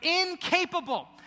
incapable